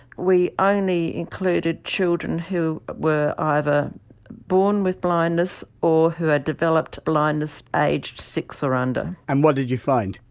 we only included children who were either born with blindness or who had developed blindness aged six or under and what did you find?